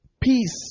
peace